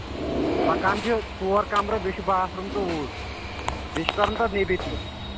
مَکان چھِ ژور کَمرٕ بیٚیہِ چھُ باتھ روٗم بیٚیہِ چھِ کرُن تَتھ نیٚبٕرۍ تہِ